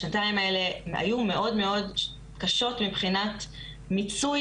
השנתיים האלה היו מאוד מאוד קשות מבחינת מיצוי